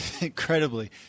Incredibly